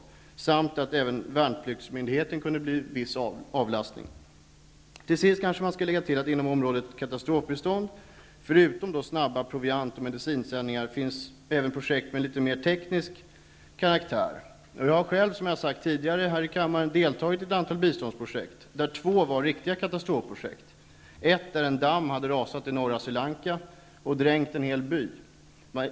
Även för delar av värnpliktsmyndigheten kan det bli en avlastning. Till sist kanske man skall lägga till att inom området katastrofbistånd finns förutom snabba proviantoch medicinsändningar även projekt av litet mer teknisk karaktär. Jag har själv, som jag sagt tidigare här i kammaren, deltagit i ett antal biståndsprojekt, av vilka två har varit riktiga katastrofprojekt. Det ena var när en damm hade rasat i norra Sri Lanka och dränkt en hel by.